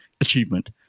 achievement